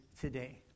today